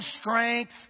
strength